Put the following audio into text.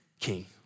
King